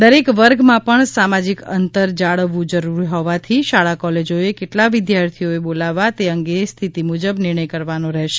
દરેક વર્ગમાં પણ સામાજિક અંતર જાળવવું જરૂરી હોવાથી શાળા કોલેજોએ કેટલાં વિદ્યાર્થીઓ બોલાવવા તે અંગે સ્થિતિ મુજબ નિર્ણય લેવાનો રહેશે